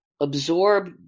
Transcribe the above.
absorb